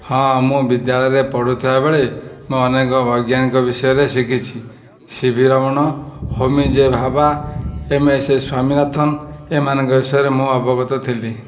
ହଁ ମୁଁ ବିଦ୍ୟାଳୟରେ ପଢ଼ୁଥିବା ବେଳେ ମୁଁ ଅନେକ ବୈଜ୍ଞାନିକ ବିଷୟରେ ଶିଖିଛି ସି ଭି ରମଣ ହୋମି ଯେ ଭାବା ଏମ୍ ଏସ୍ ସ୍ୱାମୀନାଥନ୍ ଏମାନଙ୍କ ବିଷୟରେ ମୁଁ ଅବଗତ ଥିଲି